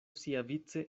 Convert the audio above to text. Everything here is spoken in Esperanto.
siavice